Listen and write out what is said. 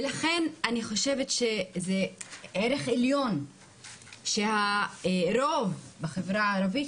לכן אני חושבת שזה ערך עליון שהרוב בחברה הערבית,